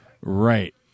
Right